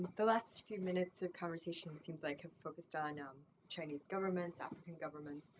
the last few minutes of conversation seems like focused on and um chinese governments, african governments.